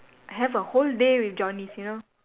I have a whole day with Johnny's you know